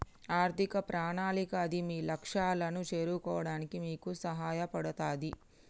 ఆర్థిక ప్రణాళిక అది మీ లక్ష్యాలను చేరుకోవడానికి మీకు సహాయపడతది